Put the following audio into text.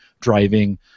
driving